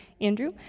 Andrew